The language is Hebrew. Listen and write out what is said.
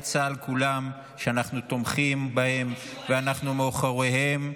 צה"ל כולם שאנחנו תומכים בהם ואנחנו מאחוריהם.